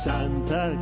Santa